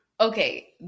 Okay